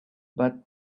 but